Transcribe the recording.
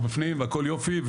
הוא בפנים והכל יופי,